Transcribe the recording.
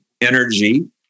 energy